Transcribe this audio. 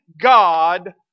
God